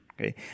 okay